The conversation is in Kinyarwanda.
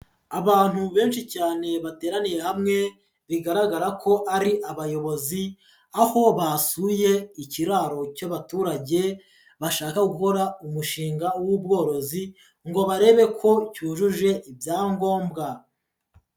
Abantu benshi cyane bateraniye hamwe bigaragara ko ari abayobozi, aho basuye ikiraro cy'abaturage bashaka gukora umushinga w'ubworozi ngo barebe ko cyujuje ibyangombwa.